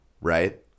right